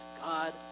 God